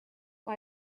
why